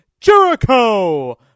Jericho